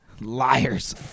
Liars